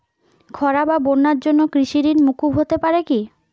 খরা বা বন্যার জন্য কৃষিঋণ মূকুপ হতে পারে কি?